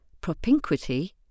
propinquity